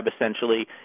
essentially